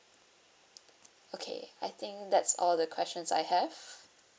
okay I think that's all the questions I have